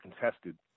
contested